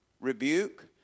rebuke